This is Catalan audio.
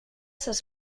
ses